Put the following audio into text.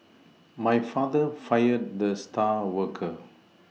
my father fired the star worker